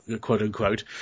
quote-unquote